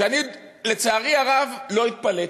ואני, לצערי הרב, לא התפלאתי.